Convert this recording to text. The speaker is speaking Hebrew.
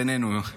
לגבי צאלים,